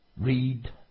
Read